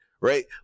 right